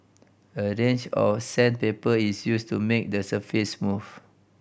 a range of sandpaper is used to make the surface smooth